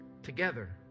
together